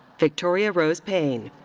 victoria rose payne.